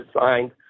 signed